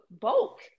bulk